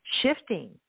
shifting